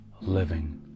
living